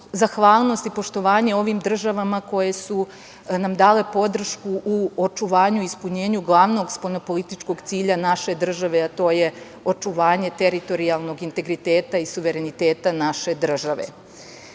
zahvalnost i poštovanje ovim državama koje su nam dale podršku u očuvanju i ispunjenju glavnog spoljnopolitičkog cilja naše države, a to je očuvanje teritorijalnog integriteta i suvereniteta naše